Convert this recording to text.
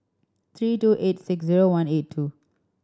three two eight six zero one eight two